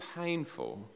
painful